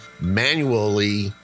manually